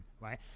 right